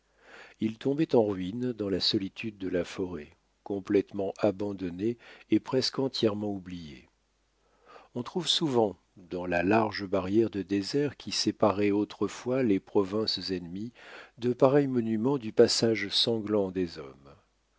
il tombait en ruine dans la solitude de la forêt complètement abandonné et presque entièrement oublié on trouve souvent dans la large barrière de déserts qui séparait autrefois les provinces ennemies de pareils monuments du passage sanglant des hommes